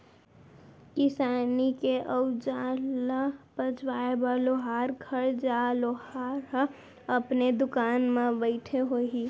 किसानी के अउजार ल पजवाए बर लोहार घर जा, लोहार ह अपने दुकान म बइठे होही